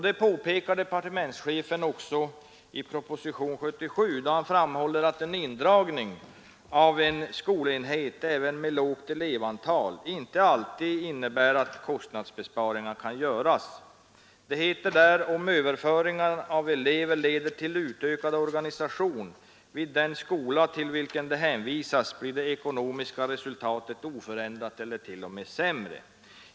Det påpekar också departementschefen i propositionen 77 då han framhåller att en indragning av en skolenhet, även med lågt elevantal, inte alltid innebär kostnadsbesparingar. Departementschefen säger: ”Om överföringen av eleverna leder till utökad organisation vid den skola till vilken de hänvisats, blir det ekonomiska resultatet oförändrat eller t.o.m. sämre.